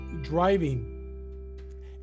driving